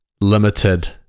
limited